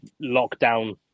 lockdown